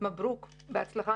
מברוכ, בהצלחה.